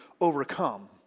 overcome